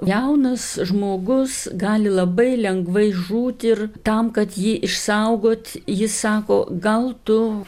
jaunas žmogus gali labai lengvai žūti ir tam kad jį išsaugot ji sako gal tu